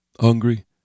Hungry